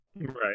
Right